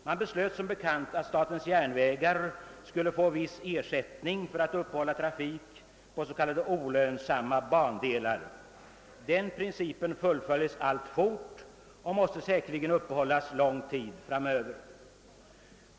Man beslöt som bekant att statens järnvägar skulle få viss ersättning för att uppehålla trafik på s.k. olönsamma bandelar. Denna princip fullföljes alltfort och måste säkerligen uppehållas lång tid framöver.